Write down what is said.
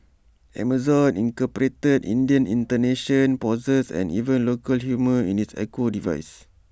Amazon incorporated Indian intonations pauses and even local humour in its echo devices